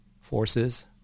forces